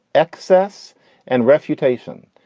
access and refutation.